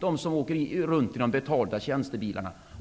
De som åker runt i betalda tjänstebilar utgör ett verkligt utpräglat skattefrälse.